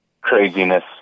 craziness